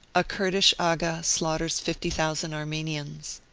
a kurdish agha slaughters fifty thousand ar menians.